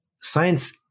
science